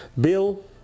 Bill